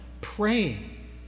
praying